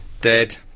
dead